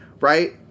Right